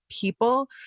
people